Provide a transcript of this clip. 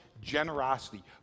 generosity